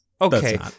okay